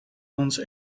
ons